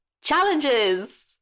Challenges